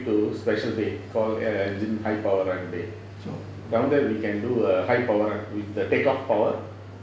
to special bay called engine high power run down there we can do a high power run with the take-off power